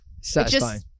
Satisfying